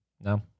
No